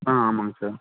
ஆமாம் ஆமாம்ங்க சார்